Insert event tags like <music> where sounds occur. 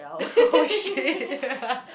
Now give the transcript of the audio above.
<laughs> oh shit <laughs>